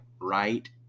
right